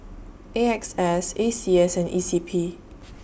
A X S A C S and E C P